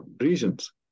regions